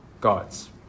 God's